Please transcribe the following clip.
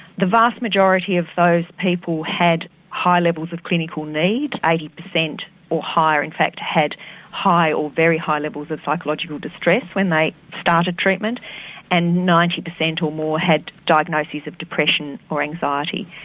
the vast majority of those people had high levels of clinical need eighty percent or higher in fact had high or very high levels of psychological distress when they started treatment and ninety percent or more had diagnoses of depression or anxiety.